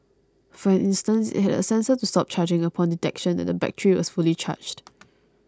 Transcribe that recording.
for instance it had a sensor to stop charging upon detection that the battery was fully charged